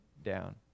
down